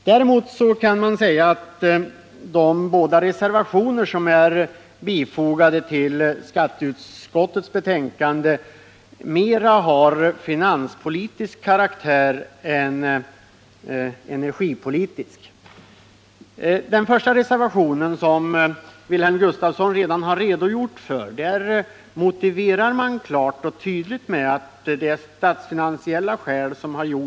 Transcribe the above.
Däremot kan man säga att de båda reservationer som är fogade till skatteutskottets betänkande mera har en finanspolitisk än en energipolitisk karaktär. Den första reservationen, som Wilhelm Gustafsson redan har redogjort för, motiverar klart och tydligt att det är av statsfinansiella skäl som man vill.